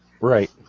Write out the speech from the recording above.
right